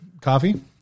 coffee